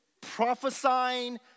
Prophesying